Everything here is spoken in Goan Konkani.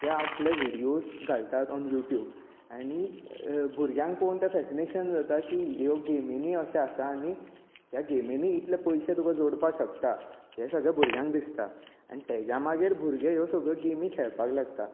जे आपले विडियोज घालतात ऑन युट्यूब आनी भुरग्यांक पळोवन तें फेसिनेशन जाता की ह्यो गेमिनी अशें आसा आनी ह्या गेमिनी इतले पयशे तुका जोडपाक शकता हे सगळें भुरग्यांक दिसता आनी तेच्या मागीर भुरगे ह्यो सगल्यो गेमी खेळपाक लागतात